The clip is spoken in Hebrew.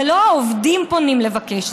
לא העובדים פונים לבקש,